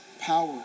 power